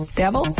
devil